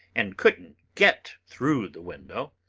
and couldn't get through the window.